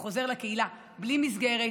הוא חוזר לקהילה בלי מסגרת,